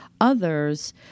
others